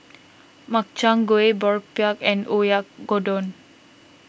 Makchang Gui Boribap and Oyakodon